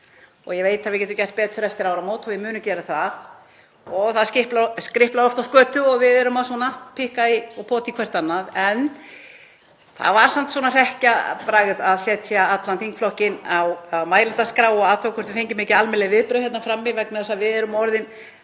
og ég veit að við getum gert betur eftir áramót og við munum gera það. Það skriplar oft á skötu og við erum að pikka og pota hvert í annað en það var samt svona hrekkjabragð að setja allan þingflokkinn á mælendaskrá og athuga hvort við fengjum ekki almennileg viðbrögð hérna frammi vegna þess að við erum orðin